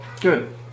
Good